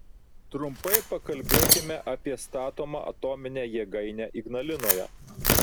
trumpai pakalbėkime apie statomą atominę jėgainę ignalinoje